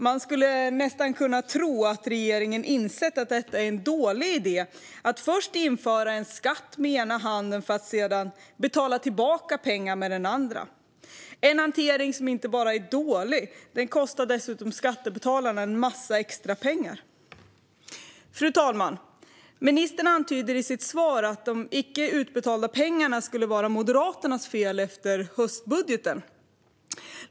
Man skulle nästan kunna tro att regeringen insett att det är en dålig idé att först införa en skatt med ena handen för att sedan betala tillbaka pengar med den andra. Det är en hantering som inte bara är dålig. Den kostar dessutom skattebetalarna en massa extra pengar. Fru talman! Ministern antyder i sitt svar att de icke utbetalda pengarna skulle vara Moderaternas fel efter höstbudgeten.